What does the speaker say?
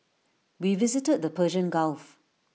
we visited the Persian gulf